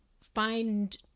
find